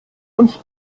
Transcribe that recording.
uns